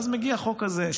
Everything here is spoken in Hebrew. ואז מגיע החוק הזה.